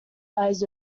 eyes